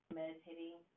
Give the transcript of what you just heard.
meditating